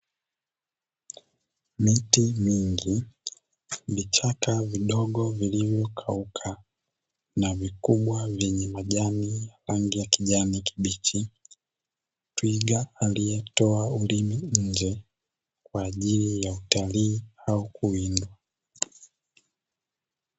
Miti mingi, vichaka vidogo vilivyokauka na vikubwa vyenye majani rangi ya kijani kibichi, twiga alietoa ulimi nje kwa ajili ya utalii au kuwindwa.